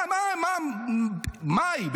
מה, מה, מה היא?